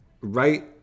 right